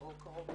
או קרוב משפחה.